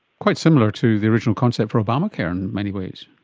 quite similar to the original concept for obamacare in many ways.